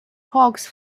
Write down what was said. hawks